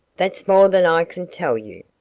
that's more than i can tell you.